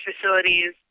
facilities